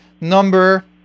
Number